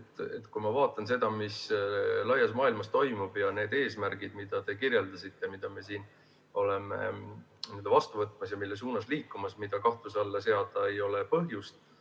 Kui ma vaatan, mis laias maailmas toimub, ning neid eesmärke, mida te kirjeldasite, mida me oleme vastu võtmas ja mille suunas liikumas, mida kahtluse alla seada ei ole põhjust[,